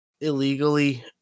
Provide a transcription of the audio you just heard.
illegally